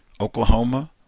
Oklahoma